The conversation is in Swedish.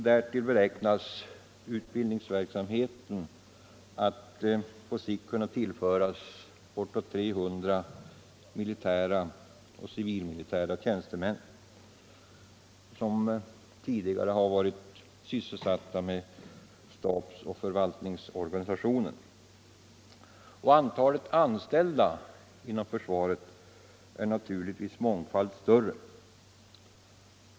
Därtill beräknas utbildningsverksamheten på sikt kunna tillföras bortåt 300 militära och civilmilitära tjänstemän, som tidigare har varit sysselsatta inom stabsoch förvaltningsorganisationen. Antalet berörda anställda inom försvaret är naturligtvis mångfaldigt större.